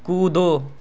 कूदो